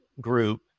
group